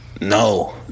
No